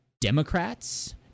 Democrats